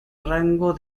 rango